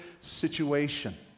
situation